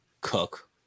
cook